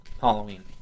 Halloween